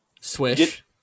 Swish